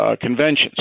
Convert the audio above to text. conventions